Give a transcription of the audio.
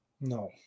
No